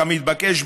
כמתבקש,